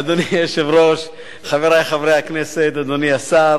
אדוני היושב-ראש, חברי חברי הכנסת, אדוני השר,